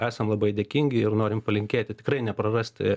esam labai dėkingi ir norim palinkėti tikrai neprarasti